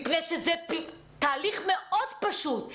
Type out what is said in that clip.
זה תהליך מאוד פשוט.